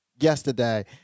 yesterday